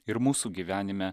ir mūsų gyvenime